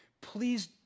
please